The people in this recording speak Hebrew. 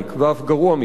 ואף גרוע מכך.